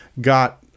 got